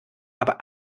aber